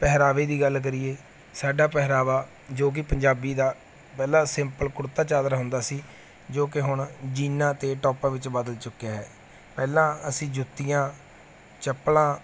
ਪਹਿਰਾਵੇ ਦੀ ਗੱਲ ਕਰੀਏ ਸਾਡਾ ਪਹਿਰਾਵਾ ਜੋ ਕਿ ਪੰਜਾਬੀ ਦਾ ਪਹਿਲਾਂ ਸਿੰਪਲ ਕੁੜਤਾ ਚਾਦਰਾ ਹੁੰਦਾ ਸੀ ਜੋ ਕਿ ਹੁਣ ਜੀਨਾਂ ਅਤੇ ਟੌਪਾਂ ਵਿੱਚ ਬਦਲ ਚੁੱਕਿਆ ਹੈ ਪਹਿਲਾਂ ਅਸੀਂ ਜੁੱਤੀਆਂ ਚੱਪਲਾਂ